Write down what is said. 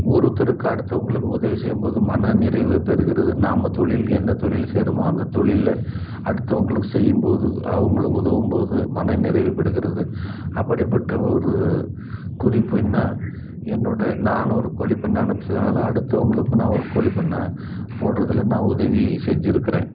ஒருத்தருக்கு அடுத்தவங்களுக்கு உதவி செய்யும் போது மன நிறைவு பெறுகிறது நாம் தொழில் என்ன தொழில் செய்கிறோமோ அந்த தொழிலில் அடுத்தவங்களுக்கு செய்யும் போது அவங்களுக்கு உதவும் போது மன நிறைவு பெறுகிறது அப்படி பட்ட ஒரு குறிப்புனா என்னோடய நான் ஒரு கோழிப்பண்ணை ஆரம்பிச்சதுனால அடுத்தவங்களுக்கும் நான் ஒரு கோழிப்பண்ணை போடுறதில் நான் உதவி செஞ்சுருக்குறேன்